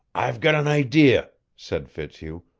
i've got an idea, said fitzhugh.